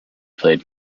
played